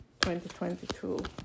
2022